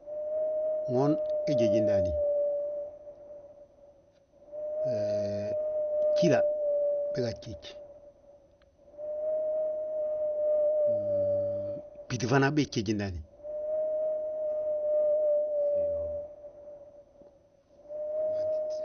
Ŋoon he jéji ndaani, gjíla bégaa jjéj, gbíti fana bég jéji ndaani.